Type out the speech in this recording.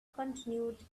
continued